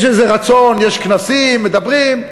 יש איזה רצון, יש כנסים, מדברים,